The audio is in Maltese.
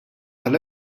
tal